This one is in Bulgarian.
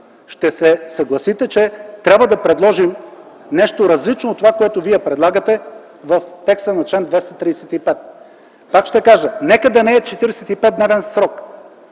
ще се съгласите, че трябва да предложим нещо различно от това, което вие предлагате в текста на чл. 235. Пак ще кажа – нека да не е 45-дневен срокът.